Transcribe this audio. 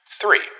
Three